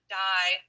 die